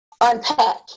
unpack